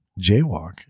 jaywalk